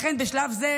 לכן בשלב זה